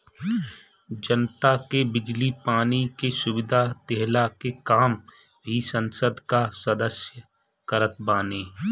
जनता के बिजली पानी के सुविधा देहला के काम भी संसद कअ सदस्य करत बाने